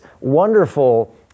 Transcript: wonderful